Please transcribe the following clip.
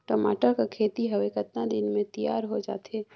टमाटर कर खेती हवे कतका दिन म तियार हो जाथे?